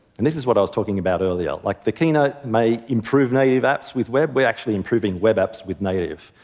and this is what i was talking about earlier, like the keynote may improve native apps with web, we're actually improving web apps with native.